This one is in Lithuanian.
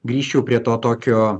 grįžčiau prie to tokio